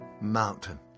Mountain